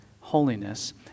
holiness